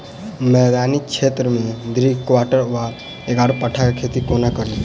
मैदानी क्षेत्र मे घृतक्वाइर वा ग्यारपाठा केँ खेती कोना कड़ी?